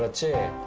ah to